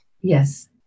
Yes